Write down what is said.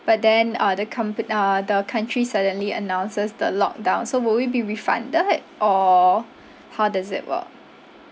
but then uh the compa~ uh the country suddenly announces the lockdown so will we be refunded or how does it work